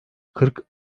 kırk